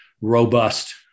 robust